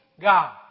God